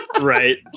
Right